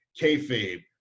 kayfabe